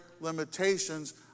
limitations